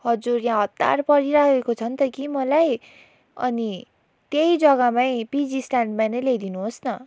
हजुर यहाँ हतार परिराखेको छ नि त कि मलाई अनि त्यही जग्गामै पिजी स्ट्यान्डमा नै ल्याइदिनुहोस् न